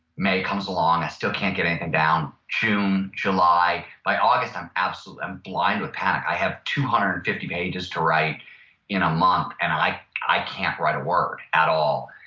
may comes along i still can't get anything and down. june, july, by august i'm absolutely blind with panic. i have two hundred and fifty pages to write in a month and i i can't write a word, at all.